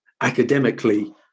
academically